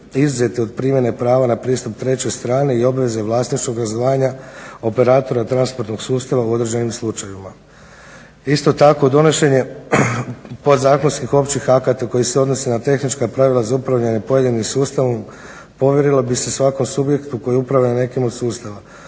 izuzeti od primjene prava na pristup trećoj strani i obveze vlasničkog … operatora transparentnog sustava o određenim sustavima. Isto tako donošenje podzakonskih općih akata koji se odnose na tehnička pravila za upravljanje pojedinim sustavom povjerila bi se svakom subjektu koji upravlja na nekom od sustava